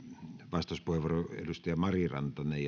vastauspuheenvuoro edustaja mari rantanen